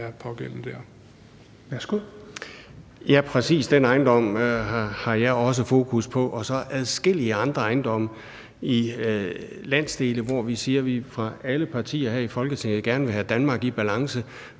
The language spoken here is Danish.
(V): Præcis den ejendom har jeg også fokus på, og så på adskillige andre ejendomme i landsdele, hvor vi fra alle partiers side her i Folketinget siger, at vi gerne vil have Danmark i balance.